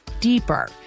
deeper